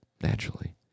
naturally